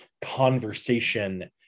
conversation